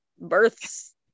births